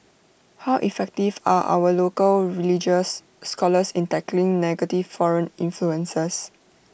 how effective are our local religious scholars in tackling negative foreign influences